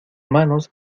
manos